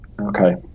Okay